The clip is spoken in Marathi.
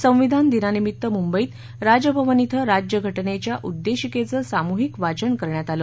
संविधान दिनानिमित्त मुंबईत राजभवन इथं राज्यघटनेच्या उद्देशिकेचे सामुहिक वाचन करण्यात आलं